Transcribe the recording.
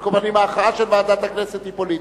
על כל פנים, ההכרעה של ועדת הכנסת היא פוליטית.